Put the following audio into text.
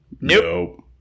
Nope